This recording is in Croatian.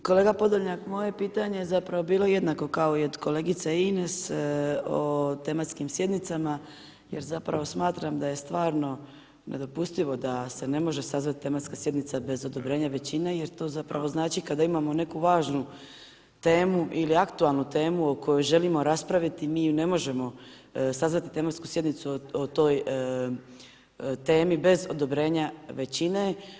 Kolega Podolnjak, moje je pitanje zapravo bilo jednako kao i od kolegice Ines o tematskim sjednicama jer zapravo smatram da je stvarno nedopustivo da se ne može sazvati tematska sjednica bez odobrenja većine, jer to zapravo znači kada imamo neku važnu temu ili aktualnu temu o kojoj želimo raspraviti, mi ju ne možemo sazvati tematsku sjednicu o toj temi bez odobrenja većine.